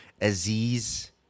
Aziz